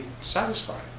satisfied